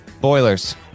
Boilers